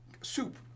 soup